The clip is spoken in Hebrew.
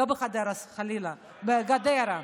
לא בחדרה, חלילה, בגדרה.